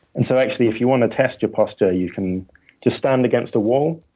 and so actually, if you want to test your posture, you can just stand against a wall,